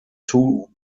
two